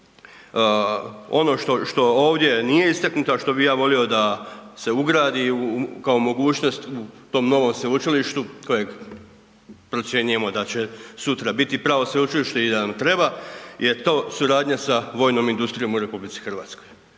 Ono što ovdje nije istaknuto, a što bi ja volio da se ugradi kao mogućnost u tom novom sveučilištu kojeg procjenjujemo da će sutra biti pravo sveučilište i da nam treba, je to suradnja sa vojnom industrijom u RH.